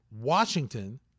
Washington